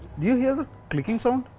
you hear the clicking sound?